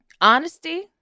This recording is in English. Honesty